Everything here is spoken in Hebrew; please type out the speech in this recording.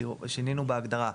שינינו בהגדרה.